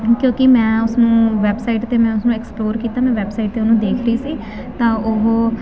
ਕਿਉਂਕਿ ਮੈਂ ਉਸਨੂੰ ਵੈੱਬਸਾਈਟ 'ਤੇ ਮੈਂ ਉਸਨੂੰ ਐਕਸਪਲੋਰ ਕੀਤਾ ਮੈਂ ਵੈਬਸਾਈਟ 'ਤੇ ਉਹਨੂੰ ਦੇਖ ਰਹੀ ਸੀ ਤਾਂ ਉਹ